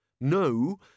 No